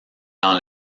dans